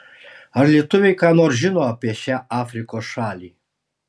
ar lietuviai ką nors žino apie šią afrikos šalį